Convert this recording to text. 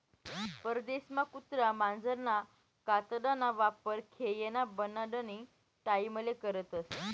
परदेसमा कुत्रा मांजरना कातडाना वापर खेयना बनाडानी टाईमले करतस